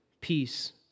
peace